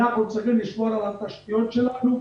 אנחנו צריכים לשמור על התשתיות שלנו.